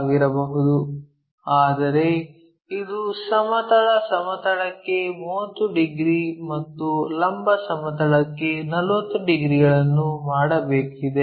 ಆಗಿರಬಹುದು ಆದರೆ ಇದು ಸಮತಲ ಸಮತಲಕ್ಕೆ 30 ಡಿಗ್ರಿ ಮತ್ತು ಲಂಬ ಸಮತಲಕ್ಕೆ 40 ಡಿಗ್ರಿಗಳನ್ನು ಮಾಡಬೇಕಿದೆ